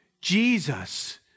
Jesus